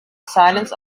silence